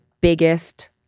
biggest